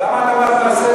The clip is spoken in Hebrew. למה "בחינוך הציבורי"?